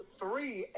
three